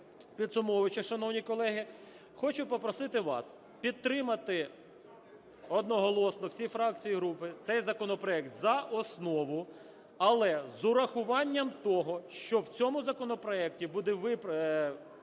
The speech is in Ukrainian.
підсумовуючи, шановні колеги, хочу попросити вас підтримати одноголосно, всі фракції і групи, цей законопроект за основу, але з урахуванням того, що в цьому законопроекті буде використано